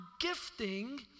gifting